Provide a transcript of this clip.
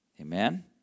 Amen